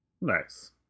Nice